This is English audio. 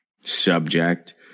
subject